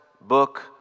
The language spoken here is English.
book